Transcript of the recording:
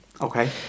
Okay